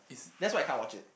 that's why I can't watch it